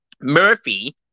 Murphy